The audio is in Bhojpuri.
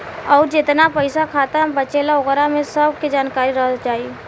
अउर जेतना पइसा खाता मे बचेला ओकरा में सब के जानकारी रह जाइ